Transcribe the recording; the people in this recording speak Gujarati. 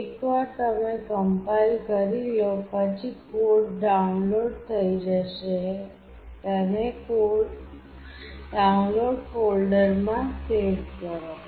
એકવાર તમે કમ્પાઇલ કરી લો પછી કોડ ડાઉનલોડ થઈ જશે તેને ડાઉનલોડ ફોલ્ડરમાં સેવ કરો